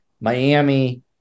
Miami